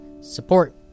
support